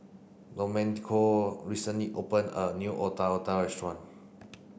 Domenico recently opened a new Otak Otak restaurant